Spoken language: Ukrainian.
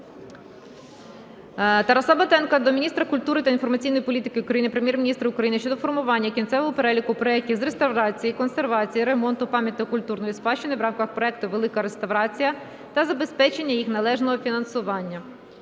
Тараса Батенка до міністра культури та інформаційної політики України, Прем'єр-міністра України щодо формування кінцевого переліку проектів з реставрації, консервації, ремонту пам'яток культурної спадщини в рамках проекту "Велика Реставрація" та забезпечення їх належного фінансування.